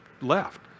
left